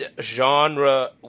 genre